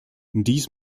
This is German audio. dies